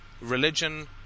religion